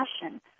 passion